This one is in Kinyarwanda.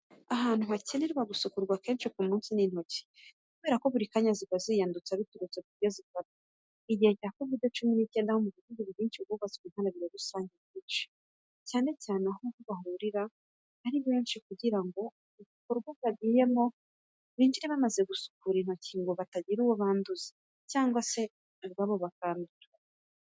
Ahantu hakenerwa gusukurwa kenshi ku munsi ni intoki, kubera ko buri kanya ziba ziyanduza biturutse ku byo zifata. Igihe cya COVID 19 ho, mu bihugu byinshi hubatswe inkarabiro rusange nyinshi, cyane cyane aho abantu bahurira ari benshi kugira ngo igikorwa bagiyemo binjire bamaze gusukura intoki ngo batagira uwo banduza cyangwa se na bo ubwabo bakandura.